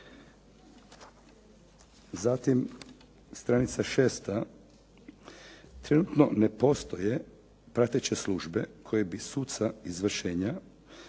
Zatim, stranica šesta.